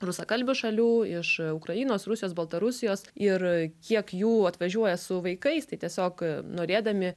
rusakalbių šalių iš ukrainos rusijos baltarusijos ir kiek jų atvažiuoja su vaikais tai tiesiog norėdami